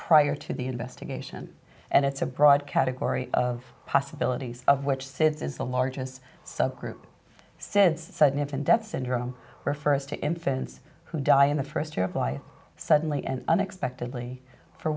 prior to the investigation and it's a broad category of possibilities of which sids is the largest subgroup sids sudden infant death syndrome refers to infants who die in the first year of life suddenly and unexpectedly for